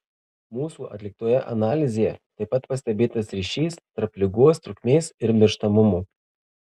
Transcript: mūsų atliktoje analizėje taip pat pastebėtas ryšys tarp ligos trukmės ir mirštamumo